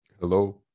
Hello